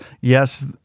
yes